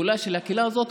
קולה של הקהילה הזאת,